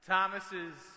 Thomas's